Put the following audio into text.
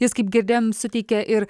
jis kaip girdėjom suteikė ir